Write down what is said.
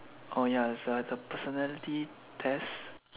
oh ya that's what the personality test